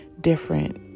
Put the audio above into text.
different